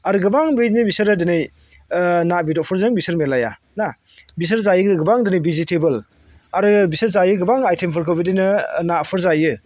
आरो गोबां बेबायदिनो बिसोरो दिनै ना बेदरफोरजों बिसोरो मिलाया ना बिसोर जायो गोबां बिदि भेजिटेबोल आरो बिसोर जायो गोबां आयथेमफोरखौ बिदिनो नाफोर जायो